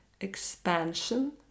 expansion